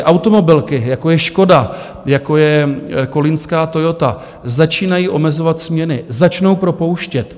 Automobilky, jako je Škoda, jako je kolínská Toyota, začínají omezovat směny, začnou propouštět.